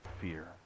fear